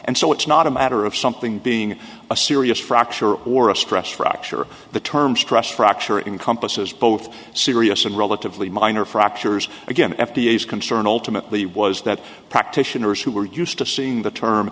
and so it's not a matter of something being a serious fracture or a stress fracture the term stress fracture encompasses both serious and relatively minor fractures again f d a is concerned ultimately was that practitioners who were used to seeing the term